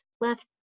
left